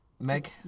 Meg